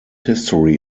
history